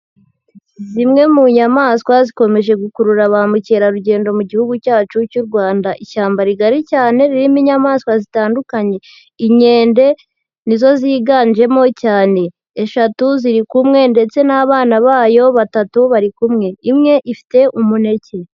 Zimwe mu nyamaswa zikomeje gukurura ba mukerarugendo mu gihugu cyacu cy'u Rwanda, ishyamba rigari cyane ririmo inyamaswa zitandukanye, inkende ni zo ziganjemo cyane, eshatu ziri kumwe ndetse n'abana bayo batatu bari kumwe, imwe ifite umuneke.